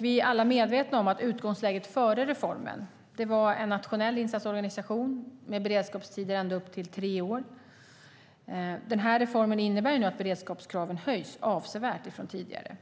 Vi är alla medvetna om att utgångsläget före reformen var en nationell insatsorganisation med beredskapstider ända upp till tre år. Den här reformen innebär att beredskapskraven höjs avsevärt från tidigare.